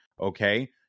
okay